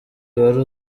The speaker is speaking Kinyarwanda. wari